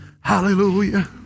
Hallelujah